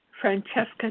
Francesca